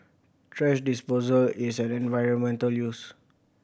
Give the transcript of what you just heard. thrash disposal is an environmental use